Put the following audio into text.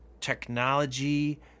Technology